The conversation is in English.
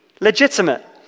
Legitimate